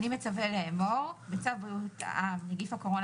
אני מצווה לאמור: בצו בריאות העם(נגיף הקורונה